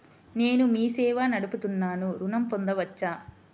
నేను మీ సేవా నడుపుతున్నాను ఋణం పొందవచ్చా?